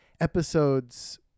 episodes